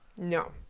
no